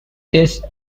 this